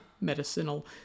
medicinal